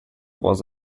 was